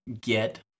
get